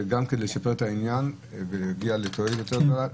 גם כן לשפר את העניין ולהגיע לתועלת יותר גדולה.